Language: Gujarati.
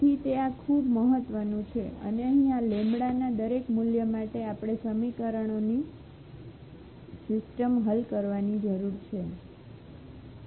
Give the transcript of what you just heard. તેથી તે આ ખૂબ મહત્વનું છે અને અહીં આ લેમ્બડાના દરેક મૂલ્ય માટે આપણે સમીકરણોની સિસ્ટમ હલ કરવાની જરૂર છે